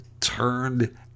turned